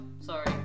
sorry